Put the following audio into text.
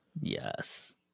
Yes